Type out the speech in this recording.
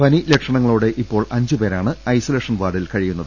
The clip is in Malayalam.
പനി ലക്ഷണങ്ങളോടെ ഇപ്പോൾ അഞ്ചുപേരാണ് ഐസൊലേഷൻ വാർഡിൽ കഴിയുന്നത്